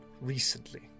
recently